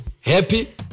Happy